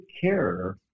care